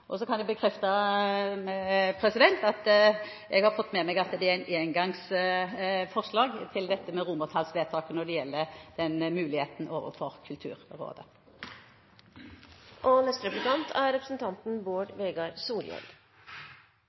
framover. Så kan jeg bekrefte at jeg har fått med meg at det er et engangsforslag til dette med romertallsvedtaket når det gjelder den muligheten overfor Kulturrådet.